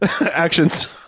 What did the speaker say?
actions